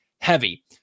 heavy